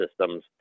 systems